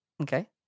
Okay